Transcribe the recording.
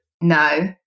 No